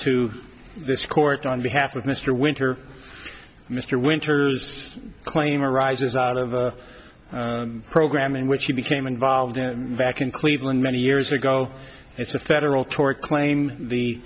to this court on behalf of mr winter mr winters claim arises out of a program in which he became involved in vaccine cleveland many years ago it's a federal tort claim the